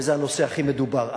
וזה הנושא הכי מדובר,